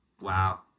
Wow